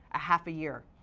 a half a year,